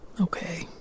Okay